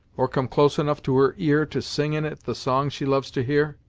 or come close enough to her ear, to sing in it the song she loves to hear?